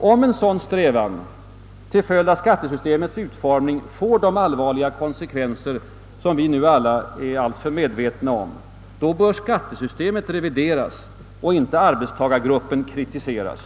Om en sådan strävan till följd av skattesystemets utformning får de allvarliga konsekvenser som vi alla nu är alltför väl medvetna om, då bör skattesystemet revideras, inte arbetstagargruppen kritiseras.